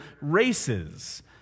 races